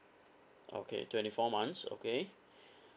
okay twenty four months okay